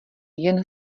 jen